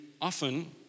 often